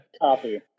Copy